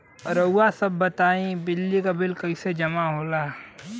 Bill जमा करे बदी कैसे जानकारी लेवे के होई?